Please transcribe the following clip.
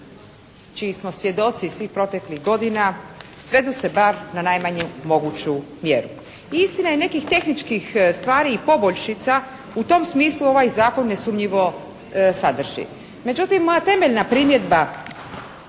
čiji smo svjedoci iz svih proteklih godina svedu se bar na najmanju moguću mjeru. I istina je nekih tehničkih stvari i poboljšica u tom smislu ovaj zakon nesumnjivo sadrži. Međutim, moja temeljna primjedba